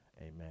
Amen